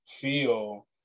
feel